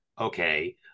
Okay